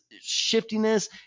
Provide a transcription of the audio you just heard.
shiftiness